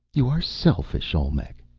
you are selfish, olmec,